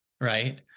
right